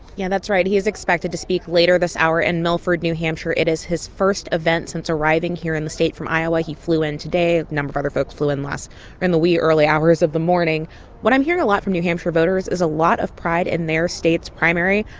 yeah, that's right. he is expected to speak later this hour in milford, n h. it is his first event since arriving here in the state from iowa. he flew in today. a number of other folks flew in last in the wee, early hours of the morning what i'm hearing a lot from new hampshire voters is a lot of pride in their state's primary.